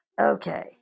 okay